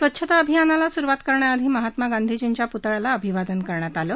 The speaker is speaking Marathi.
स्वच्छता अभियानाला सुरुवात करण्याआधी महात्मा गांधीजींच्या पुतळ्याला अभिवादन करण्यात आलं